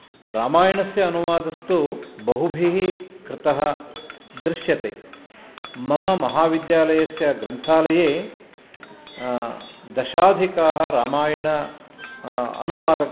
रामायणस्य अनुवादस्तु बहुभिः कृतः दृश्यते मम महाविद्यालयस्य ग्रन्थालये दशाधिकाः रामायण अनुवाद